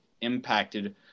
impacted